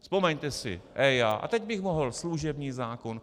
Vzpomeňte si, EIA, a teď bych mohl služební zákon atd.